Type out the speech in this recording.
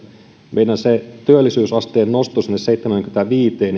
koko se hyöty mikä meidän työllisyysasteen nostosta sinne seitsemäänkymmeneenviiteen